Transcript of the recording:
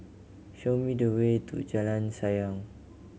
show me the way to Jalan Sayang